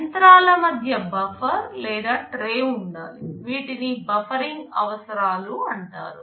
యంత్రాల మధ్య బఫర్ లేదా ట్రే ఉండాలి వీటిని బఫరింగ్ అవసరాలు అంటారు